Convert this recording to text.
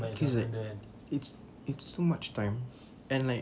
feels like it's it's so much time and like